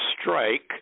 strike